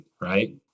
right